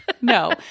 no